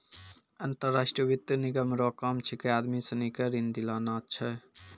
अंतर्राष्ट्रीय वित्त निगम रो काम छिकै आदमी सनी के ऋण दिलाना छै